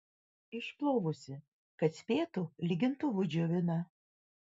išplovusi kad spėtų lygintuvu džiovina